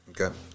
Okay